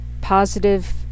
positive